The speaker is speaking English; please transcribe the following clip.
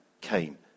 came